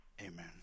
Amen